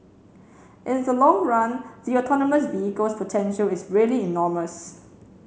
in the long run the autonomous vehicles potential is really enormous